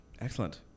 Excellent